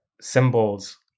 symbols